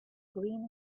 green